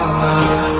love